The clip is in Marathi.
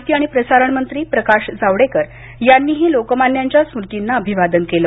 माहिती आणि प्रसारण मंत्री प्रकाश जावडेकर यांनीही लोकमान्यांच्या स्मृतींना अभिवादन केलं